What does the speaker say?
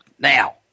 Now